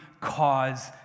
cause